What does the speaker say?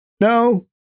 no